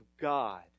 God